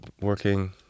working